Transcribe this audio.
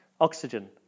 Oxygen